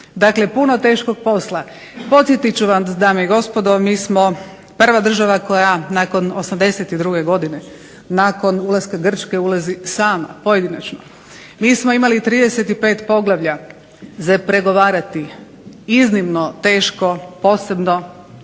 Dakle, puno teškog posla. Podsjetit ću vas dame i gospodo, mi smo prva država koja nakon '82. godine nakon ulaska Grčke ulazi sama pojedinačno. Mi smo imali 35 poglavlja za pregovarati iznimno teško posebno